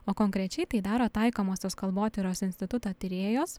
o konkrečiai tai daro taikomosios kalbotyros instituto tyrėjos